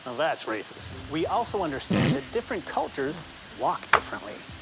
that's racist. we also understand that different cultures walk differently,